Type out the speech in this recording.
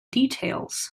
details